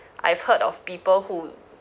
I've heard of people who